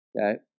okay